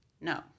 No